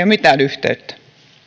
mitään yhteyttä